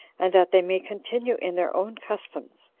and that they may continue in their own customs.